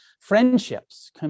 friendships